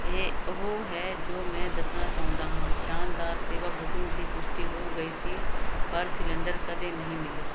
ਇਹ ਉਹ ਹੈ ਜੋ ਮੈਂ ਦੱਸਣਾ ਚਾਹੁੰਦਾ ਹਾਂ ਸ਼ਾਨਦਾਰ ਸੇਵਾ ਬੁਕਿੰਗ ਦੀ ਪੁਸ਼ਟੀ ਹੋ ਗਈ ਸੀ ਪਰ ਸਿਲੰਡਰ ਕਦੇ ਨਹੀਂ ਮਿਲਿਆ